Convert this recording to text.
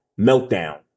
meltdown